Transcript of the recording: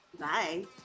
Bye